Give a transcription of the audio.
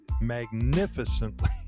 magnificently